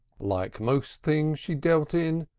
like most things she dealt in,